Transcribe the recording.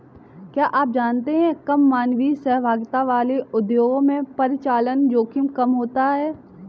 क्या आप जानते है कम मानवीय सहभागिता वाले उद्योगों में परिचालन जोखिम कम होता है?